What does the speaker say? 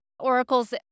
Oracle's